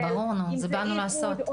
אם זה איחוד,